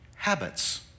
Habits